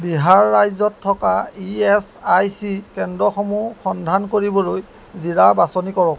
বিহাৰ ৰাজ্যত থকা E S I C কেন্দ্ৰসমূহ সন্ধান কৰিবলৈ জিলা বাছনি কৰক